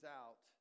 out